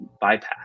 bypass